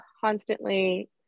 constantly